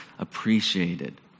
appreciated